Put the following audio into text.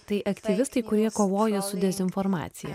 tai aktyvistai kurie kovoja su dezinformacija